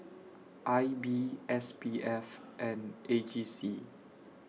I B S P F and A G C